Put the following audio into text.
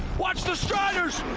watch the striders.